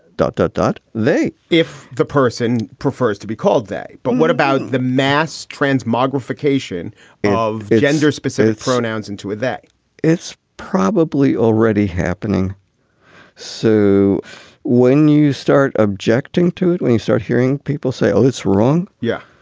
dot, dot, dot they if the person prefers to be called that. but what about the mass transmogrification of gender specific pronouns into it that it's probably already happening so when you start objecting to it, when you start hearing people say, oh, it's wrong. yeah,